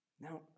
Now